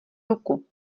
ruku